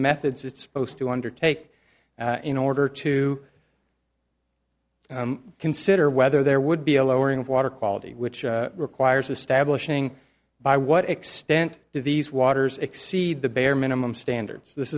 methods it's supposed to undertake in order to consider whether there would be a lowering of water quality which requires establishing by what extent do these waters exceed the bare minimum standards this